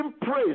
praise